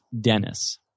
Dennis